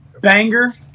Banger